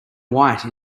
white